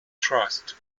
trust